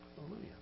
Hallelujah